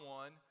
one